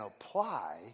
apply